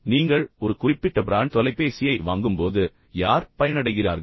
எனவே நீங்கள் ஒரு குறிப்பிட்ட பிராண்ட் தொலைபேசியை வாங்கும்போது யார் பயனடைகிறார்கள்